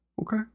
okay